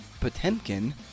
Potemkin